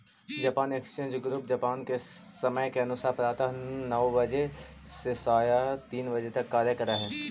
Japan exchange group Japan के समय के अनुसार प्रातः नौ बजे से सायं तीन बजे तक कार्य करऽ हइ